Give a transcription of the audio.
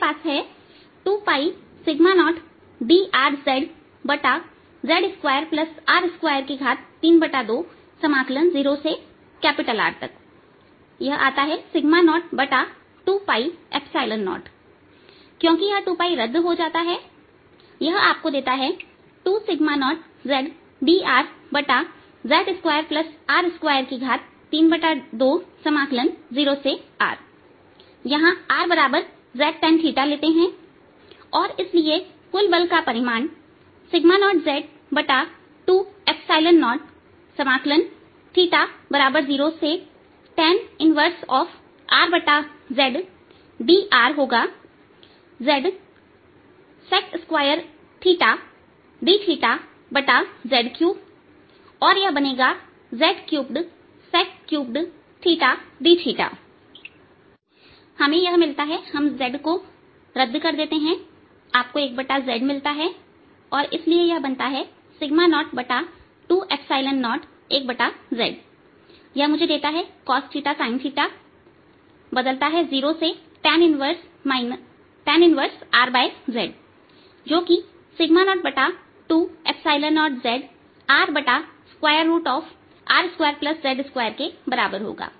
मेरे पास है0R 20dr zz2r232 यह आता है 020क्योंकि यह 2 रद्द हो जाता है यह आपको देता है 0R 20 zdrz2r232यहां r z tan लेते हैं और इसलिए कुल बल का परिमाण 0z200tan 1RZ dr होगा z sec2 dz3sec2होगा यहां drsec2 dz3 हो जाएगा हमें यह मिलता है कि हम z को रद्द करते हैं आपको 1z मिलता है और इसलिए यह बनता है 0201zयह मुझे देता है cos sin बदलता है 0 से tan 1RZ जो कि 020zRR2z2के बराबर होगा